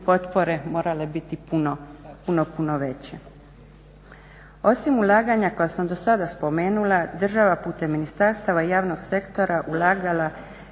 potpore morale biti puno, puno veće. Osim ulaganja koja sam do sada spomenula država putem ministarstava i javnog sektora ulagala